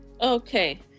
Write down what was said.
okay